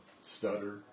stutter